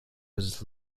was